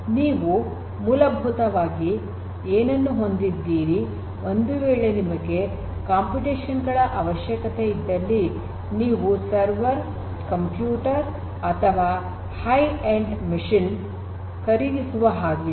ನೀವು ಮೂಲಭೂತವಾಗಿ ಏನನ್ನು ಹೊಂದಿದ್ದೀರಿ ಒಂದು ವೇಳೆ ನಿಮಗೆ ಕಂಪ್ಯೂಟೇಷನ್ ಗಳ ಅವಶ್ಯಕತೆ ಇದ್ದಲ್ಲಿ ನೀವು ಸರ್ವರ್ ಕಂಪ್ಯೂಟರ್ ಅಥವಾ ಹೈ ಎಂಡ್ ಮಷೀನ್ ಖರೀದಿಸುವ ಹಾಗಿಲ್ಲ